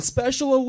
Special